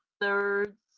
thirds